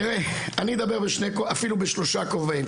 תראה אני אדבר אפילו בשלושה כובעים,